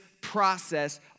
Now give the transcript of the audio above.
process